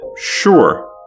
sure